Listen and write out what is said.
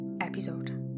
episode